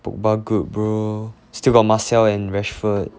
pogba good bro still got marcelo and rashford